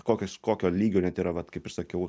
kokios kokio lygio net yra vat kaip ir sakiau